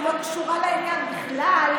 שלא קשורה לעניין בכלל.